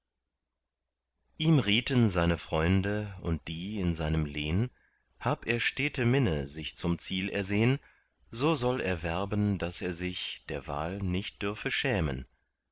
ihm rieten seine freunde und die in seinem lehn hab er stete minne sich zum ziel ersehn so soll er werben daß er sich der wahl nicht dürfe schämen